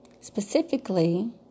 Specifically